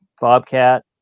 bobcat